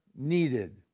Needed